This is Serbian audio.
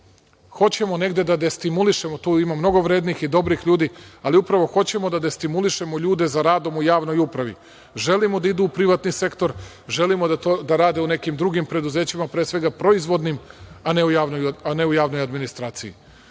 Hoćemo negde da destimulišemo, tu imamo mnogo vrednih i dobrih ljudi, ali upravo hoćemo da destimulišemo ljude za radom u javnom upravi. Želimo da idu u privatni sektor, želimo da rade u nekim drugim preduzećima, pre svega proizvodnim, a ne u javnoj administraciji.